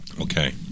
Okay